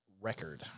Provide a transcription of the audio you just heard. record